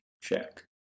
check